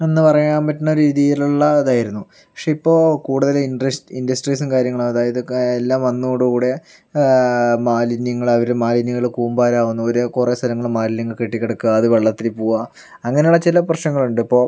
എന്ന് പറയാൻ പറ്റുന്ന രീതിയിലുള്ള ഇതായിരുന്നു പക്ഷെ ഇപ്പോൾ കൂടുതലും ഇൻട്രസ് ഇൻട്രസ്ട്രീസ് കാര്യങ്ങളും അതായത് എല്ലാം വന്നതോട് കൂടെ മാലിന്യങ്ങളവര് മാലിന്യങ്ങള് കൂമ്പാരമാകുന്നു അവര് കുറെ സ്ഥലങ്ങളില് മാലിന്യങ്ങൾ കെട്ടി കിടക്കുക അത് വെള്ളത്തില് പോവുക അങ്ങനെയുള്ള ചില പ്രശ്നങ്ങളുണ്ട് ഇപ്പോൾ